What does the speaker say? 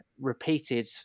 repeated